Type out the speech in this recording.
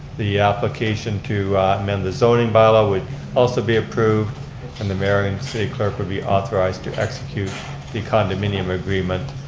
the application to amend the zoning bylaw would also be approved and the mayor and city clerk would be authorized to execute the condominium agreement